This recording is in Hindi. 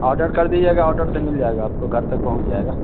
ऑडर कर दीजिएगा ऑडर से मिल जाएगा आपको घर तक पहुँच जाएगा